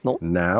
Now